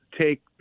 take